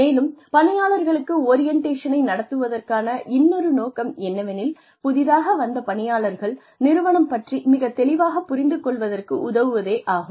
மேலும் பணியாளர்களுக்கு ஓரியண்டேஷனை நடத்துவதற்கான இன்னொரு நோக்கம் என்னவெனில் புதிதாக வந்த பணியாளர்கள் நிறுவனம் பற்றி மிகத் தெளிவாக புரிந்து கொள்வதற்கு உதவுவதே ஆகும்